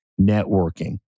networking